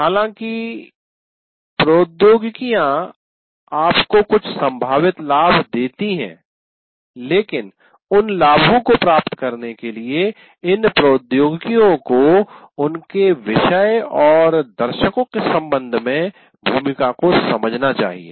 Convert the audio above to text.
हालाँकि प्रौद्योगिकियां आपको कुछ संभावित लाभ देती हैं लेकिन उन लाभों को प्राप्त करने के लिए इन प्रौद्योगिकियों को उनके विषय और दर्शकों श्रोताओ के संबंध में भूमिका को समझना चाहिए